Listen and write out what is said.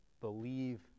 believe